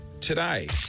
today